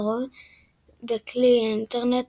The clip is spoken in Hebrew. לרוב בכלי האינטרנט,